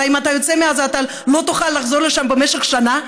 אם אתה יוצא מעזה אתה לא תוכל לחזור לשם במשך שנה.